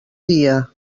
dia